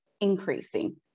increasing